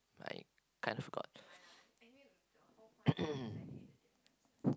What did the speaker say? i kind of forgot